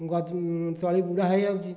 ଗଜ ତଳି ବୁଢ଼ା ହେଇଯାଉଛି